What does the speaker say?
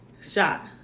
Shot